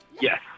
Yes